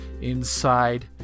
inside